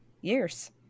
years